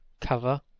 Cover